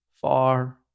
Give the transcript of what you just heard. far